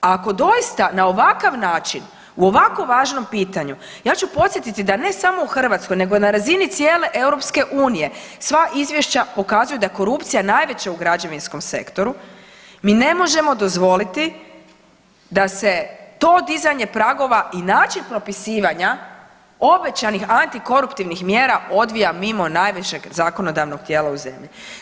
Ako doista na ovakav način u ovako važnom pitanju, ja ću podsjetiti da ne samo u Hrvatskoj nego na razini cijele EU sva izvješća pokazuju da je korupcija najveća u građevinskom sektoru, mi ne možemo dozvoliti da se to dizanje pragova i način propisivanja obećanih antikoruptivnih mjera odvija mimo najvećeg zakonodavnog tijela u zemlji.